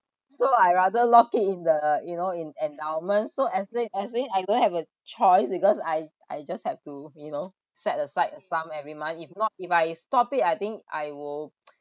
so I rather lock it in the you know in endowment so as if as if I don't have a choice because I I just have to you know set aside a sum every month if not if I stop it I think I will